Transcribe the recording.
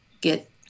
get